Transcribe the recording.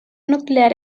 nuclear